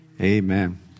Amen